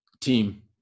team